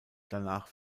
danach